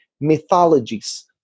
mythologies